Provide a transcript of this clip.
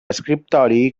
escriptori